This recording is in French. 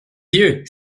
yeux